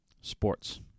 Sports